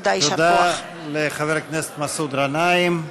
תודה, יישר כוח.) תודה לחבר הכנסת מסעוד גנאים.